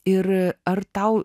ir ar tau